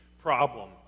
problem